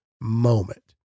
moment